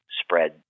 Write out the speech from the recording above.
spread